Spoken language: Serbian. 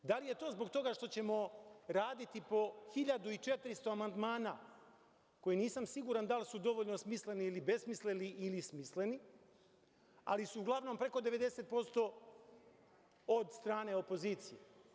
Da li je to zbog toga što ćemo raditi po 1.400 amandmana koji nisam siguran da li su dovoljno smisleni ili besmisleni ili smisleni, ali su uglavnom preko 90% od strane opozicije.